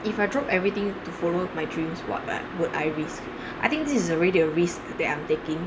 if I drop everything to follow my dreams what would I risk I think this is already a risk that I'm taking